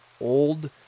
old